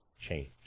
change